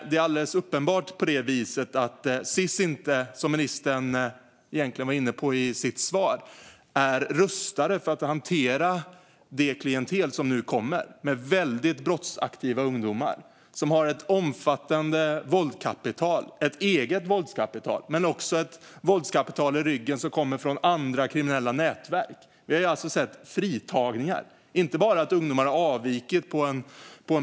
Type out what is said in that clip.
Det är alldeles uppenbart på det viset att Sis inte - som ministern egentligen var inne på i sitt svar - är rustat för att hantera det klientel som nu kommer med väldigt brottsaktiva ungdomar. Dessa har ett omfattande eget våldskapital men också ett våldskapital i ryggen som kommer från andra kriminella nätverk. Vi har sett fritagningar. Det är oerhört allvarligt.